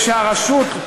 הרשות,